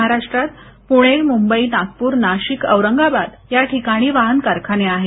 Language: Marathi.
महाराष्ट्रात पूणे मुंबई नागपूर नाशिक औरंगाबाद या ठिकाणी वाहन कारखाने आहेत